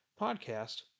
podcast